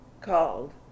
called